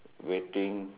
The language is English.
waiting